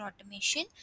Automation